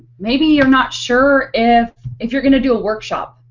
maybe you're not sure. if if your going to do a workshop.